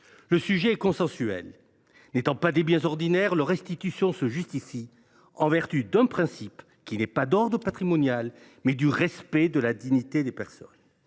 Les restes humains n’étant pas des biens ordinaires, leur restitution se justifie en vertu d’un principe qui n’est pas d’ordre patrimonial, mais qui tient au respect de la dignité des personnes.